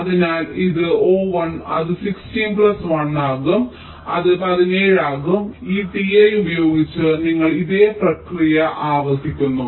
അതിനാൽ ഇത് O1 അത് 16 പ്ലസ് 1 ആകും അത് 17 ആകും ഈ t i ഉപയോഗിച്ച് നിങ്ങൾ ഇതേ പ്രക്രിയ ആവർത്തിക്കുന്നു